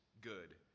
good